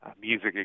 music